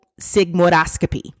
sigmoidoscopy